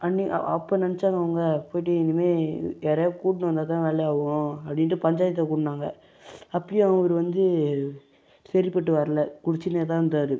அன்னை அப்போது நினைச்சாங்க அவங்க போயிட்டு இனிமேல் யாரையாவது கூட்டினு வந்தால் தான் வேலையாகும் அப்படின்ட்டு பஞ்சாயத்தை கூட்டினாங்க அப்போயும் அவர் வந்து சரிப்பட்டு வர்லை குடிச்சுன்னே தான் இருந்தார்